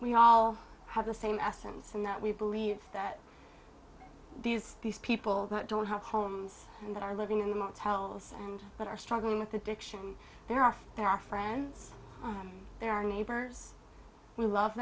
we all have the same essence and that we believe that these these people don't have homes that are living in motels and that are struggling with addiction there are there are friends there are neighbors who love